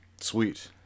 Sweet